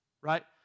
Right